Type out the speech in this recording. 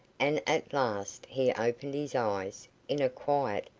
and at last he opened his eyes, in a quiet,